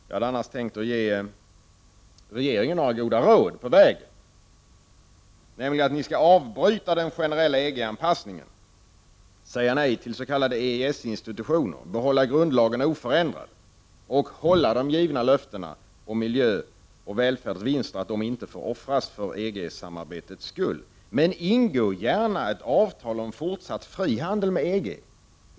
Jag hade annars tänkt ge regeringen några goda råd på vägen, nämligen att ni skall avbryta den generella EG-anpassningen, säja nej till s.k. EES-institutioner, behålla grundlagarna oförändrade och hålla de givna löftena om att miljöoch välfärdsvinster inte får offras för EG-samarbetets skull. Ingå gärna ett avtal om fortsatt frihandel med EG!